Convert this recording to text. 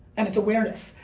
and it's awareness.